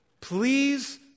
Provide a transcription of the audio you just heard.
Please